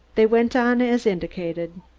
they went on as indicated.